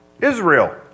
Israel